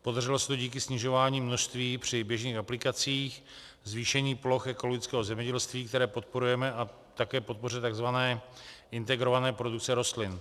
Podařilo se to díky snižování množství při běžných aplikacích, zvýšení ploch ekologického zemědělství, které podporujeme, a také podpoře tzv. integrované produkce rostlin.